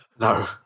No